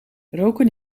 roken